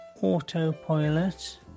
Autopilot